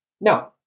no